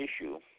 issue